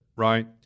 Right